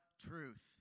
truth